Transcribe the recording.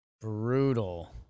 Brutal